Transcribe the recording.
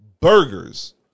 burgers